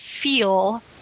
feel